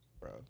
Bro